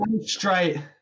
straight